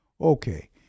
Okay